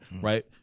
right